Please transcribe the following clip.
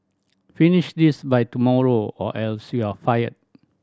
finish this by tomorrow or else you'll fired